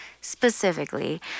specifically